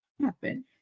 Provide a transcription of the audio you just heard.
happen